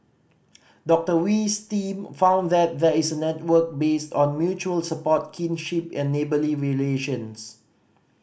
Doctor Wee's team found that there is a network based on mutual support kinship and neighbourly relations